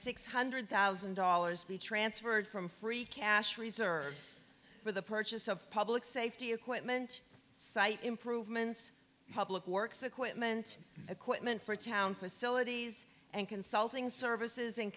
six hundred thousand dollars be transferred from free cash reserves for the purchase of public safety equipment site improvements public works equipment equipment for town facilities and consulting services in